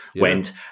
went